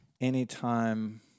anytime